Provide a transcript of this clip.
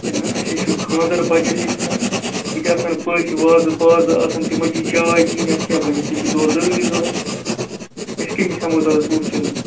ہے نہَ اَسہِ ہَے چھُ خانٛدَر بَچَس ییٚتہِ نَس ییٚتہِ آسَن پٔژھۍ وازٕ پازٕ آسَن تِمَن چھِ چاے دِنۍ اَسہِ کیٛاہ بَنہِ اَسہِ ہَے چھُ دۄد ضروٗری ضروٗرت أسۍ کٔمِس ہٮ۪مَو دۄدَس وُہ کِلوٗ